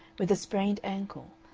with a sprained ankle,